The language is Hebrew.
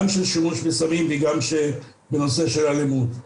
גם של שימוש בסמים וגם בנושא אלימות.